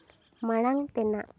ᱢᱟᱲᱟᱝ ᱛᱮᱱᱟᱜ